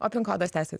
o pin kodas tęsis